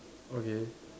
okay